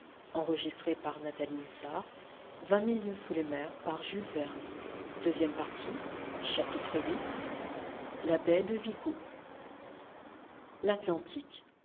dans la baie de vigo l'amiral